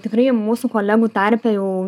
tikrai mūsų kolegų tarpe jau